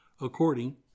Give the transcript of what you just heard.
according